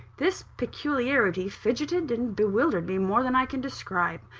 this peculiarity fidgetted and bewildered me more than i can describe.